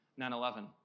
9-11